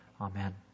Amen